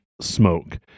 smoke